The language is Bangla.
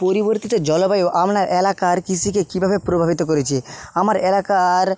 পরিবর্তিত জলবায়ু আপনার এলাকার কৃষিকে কীভাবে প্রভাবিত করেছে আমার এলাকার